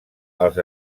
als